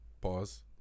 Pause